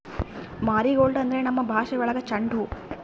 marigold ಅಂದ್ರೆ ನಮ್ ಭಾಷೆ ಒಳಗ ಚೆಂಡು ಹೂವು